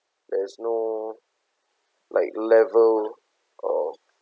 there's no like level or